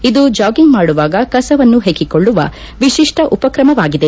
ಇದು ಜಾಗಿಂಗ್ ಮಾದುವಾಗ ಕಸವನ್ನು ಹೆಕ್ಕಿಕೊಳ್ಳುವ ವಿಶಿಷ್ಟ ಉಪಕ್ರಮವಾಗಿದೆ